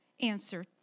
Answer